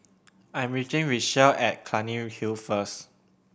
I'm meeting Richelle at Clunny Hill first